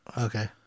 Okay